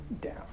down